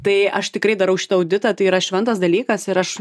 tai aš tikrai darau šitą auditą tai yra šventas dalykas ir aš